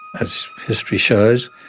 as history shows,